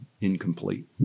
incomplete